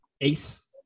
Ace